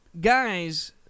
guys